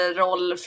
roll